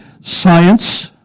science